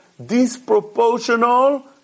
disproportional